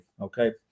Okay